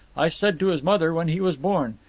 i said to his mother when he was born.